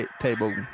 table